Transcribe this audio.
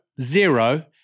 zero